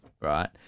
right